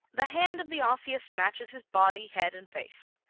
the hand of the osseous matches his body, head and face.